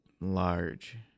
large